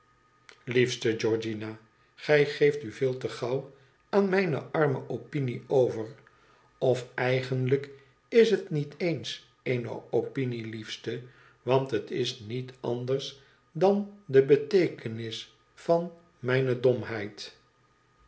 liefste greorgiana gij geeft u veel te gauw aan mijne arme opinie over of eigenlijk is het niet eens eene opinie liefste want het is niet anders dan de bekentenis van mijne domheid